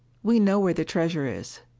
we know where the treasure is.